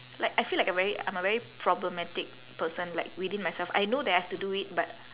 like I feel like a very I'm a very problematic person like within myself I know that I have to do it but